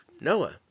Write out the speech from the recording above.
Noah